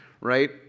right